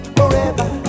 forever